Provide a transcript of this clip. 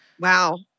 Wow